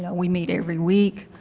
yeah we meet every week.